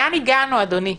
לאן הגענו, אדוני?